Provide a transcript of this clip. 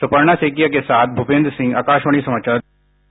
सुपर्णा सेकिया के साथ भूपेन्द्र सिंह आकाशवाणी समाचार दिल्ली